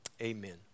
Amen